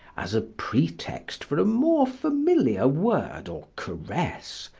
as a pretext for a more familiar word or caress,